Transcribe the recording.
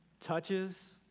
touches